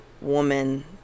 woman